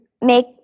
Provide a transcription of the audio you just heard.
make